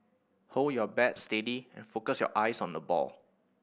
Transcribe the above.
hold your bat steady and focus your eyes on the ball